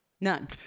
None